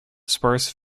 sparse